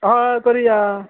हय करयां